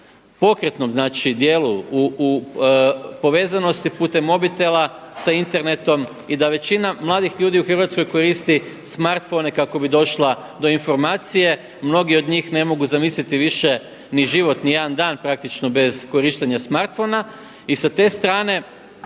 pokretnom znači dijelu, u povezanosti putem mobitela sa internetom i da većina mladih ljudi u Hrvatskoj koristi smartphone kako bi došla do informacije. Mnogi od njih ne mogu zamisliti više ni život ni jedan dan praktično bez korištenja smartphone-a. I sa te strane